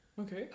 Okay